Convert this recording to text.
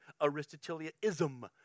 Aristotelianism